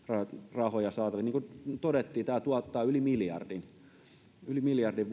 rahoja saatavilla niin kuin todettiin tämä tuottaa yli miljardin